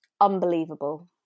unbelievable